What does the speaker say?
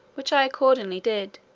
which i accordingly did